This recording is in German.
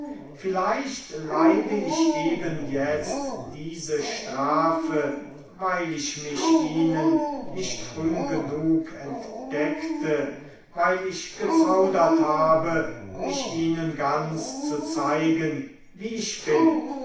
vielleicht leide ich eben jetzt diese strafe weil ich mich ihnen nicht früh genug entdeckte weil ich gezaudert habe mich ihnen ganz zu zeigen wie ich bin